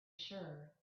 sure